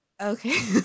Okay